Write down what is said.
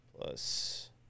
plus